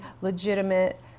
legitimate